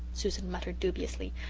susan muttered dubiously.